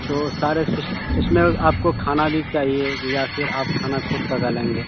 تو سارے اس میں آپ کو کھانا بھی چاہیے یا پھر آپ کھانا خود پکا لیں گے